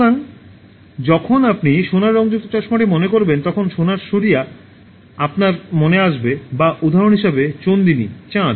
সুতরাং যখন আপনি সোনার রঙযুক্ত চশমাটি মনে করবেন তখন সোনার সুরিয়া আপনার মনে আসবে বা উদাহরণ হিসাবে চন্দিনী চাঁদ